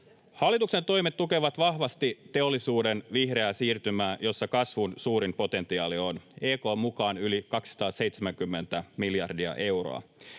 Hallituksen toimet tukevat vahvasti teollisuuden vihreää siirtymää, jossa on kasvun suurin potentiaali: EK:n mukaan yli 270 miljardia euroa.